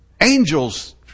Angels